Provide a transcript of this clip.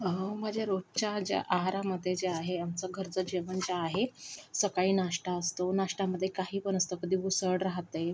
अहो माझ्या रोजच्या ज्या आहारामध्ये जे आहे आमचं घरचं जेवण जे आहे सकाळी नाश्ता असतो नाश्त्यामध्ये काही पण असतं कधी उसळ राहते